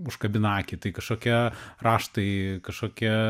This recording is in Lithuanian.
užkabina akį tai kažkokia raštai kažkokia